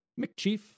McChief